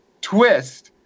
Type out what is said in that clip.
Twist